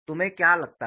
तुम्हें क्या मिलता है